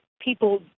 people